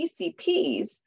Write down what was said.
PCPs